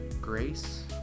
Grace